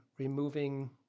Removing